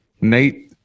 Nate